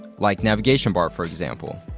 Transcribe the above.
like navigation bar, for example.